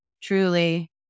truly